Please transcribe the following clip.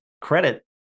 credit